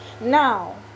Now